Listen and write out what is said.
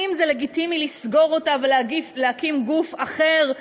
האם זה לגיטימי לסגור אותה ולהקים גוף אחר?